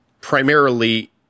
primarily